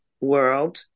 world